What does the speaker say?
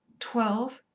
twelve.